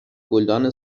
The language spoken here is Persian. گلدان